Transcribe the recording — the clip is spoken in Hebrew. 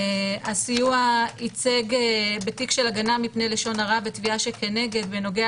הסיוע ייצג בתיק של הגנה מפני לשון הרע ותביעה שכנגד בנוגע